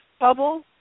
bubble